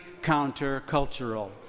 countercultural